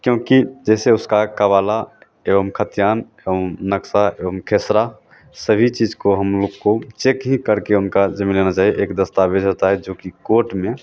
क्योंकि जैसे उसका कवाला एवं खर्चान एवं नक्सा एवं खेसरा सभी चीज़ को हम लोग को चेक ही करके उनका ज़मीन लेना चाहिए एक दस्तावेज़ होता है जोकि कोर्ट में